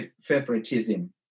favoritism